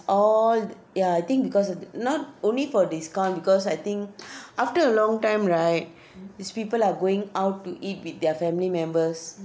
all ya I think because of the not only for discount because I think after a long time right these people are going out to eat with their family members